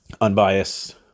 unbiased